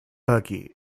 buggy